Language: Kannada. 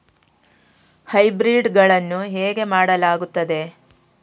ಹೈಬ್ರಿಡ್ ಗಳನ್ನು ಹೇಗೆ ಮಾಡಲಾಗುತ್ತದೆ?